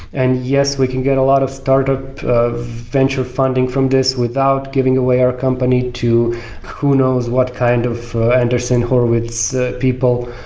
and yes, we can get a lot of startup venture funding from this without giving away our company to who knows what kind of andreessen horowitz people.